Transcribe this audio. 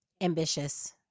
Ambitious